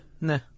Nah